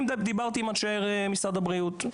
אני דיברתי עם אנשי משרד הבריאות,